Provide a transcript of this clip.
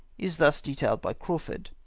is thus detailed by crawfurd.